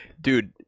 Dude